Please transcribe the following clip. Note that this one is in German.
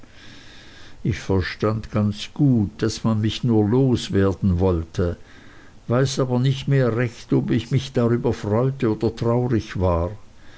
ich verstand ganz gut daß man mich nur loswerden wollte weiß aber nicht mehr recht ob ich mich darüber freute oder traurig war